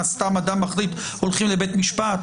סתם אדם מחליט שהולכים לבית משפט?